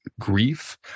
Grief